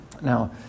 now